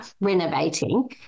renovating